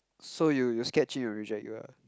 so you you scared Jun-Yi will reject you ah